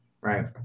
right